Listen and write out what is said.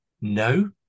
no